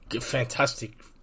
Fantastic